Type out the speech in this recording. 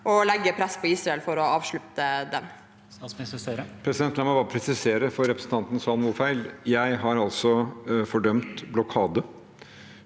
og legge press på Israel for å avslutte den?